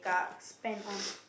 spend on